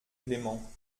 clément